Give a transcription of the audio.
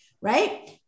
right